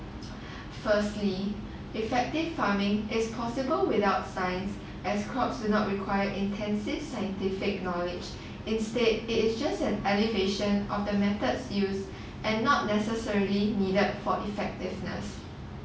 firstly effective farming is possible without science as crops do not require intensive scientific knowledge instead it's just an education of the methods used and not necessarily needed for effectiveness